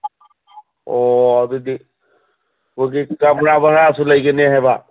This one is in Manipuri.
ꯑꯣ ꯑꯗꯨꯗꯤ ꯍꯧꯖꯤꯛ ꯀꯝꯔꯥ ꯚꯔꯥꯁꯨ ꯂꯩꯒꯅꯤ ꯍꯥꯏꯕ